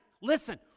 listen